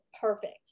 perfect